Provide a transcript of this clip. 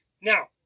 now